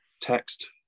text